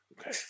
Okay